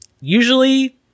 usually